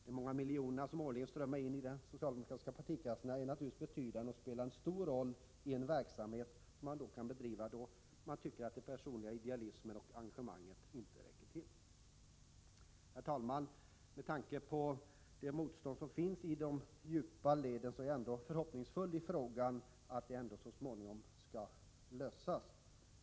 De många miljonerna som årligen strömmar in i de socialdemokratiska partikassorna har naturligtvis stor betydelse och spelar en stor roll i den verksamhet man kan bedriva, då den personliga idealismen och engagemanget inte räcker till. Herr talman! Med tanke på det motstånd som finns i de djupa leden hyser jag ändå förhoppningen att frågan så småningom skall lösas.